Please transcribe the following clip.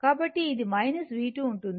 కాబట్టి ఇది V2 ఉంటుంది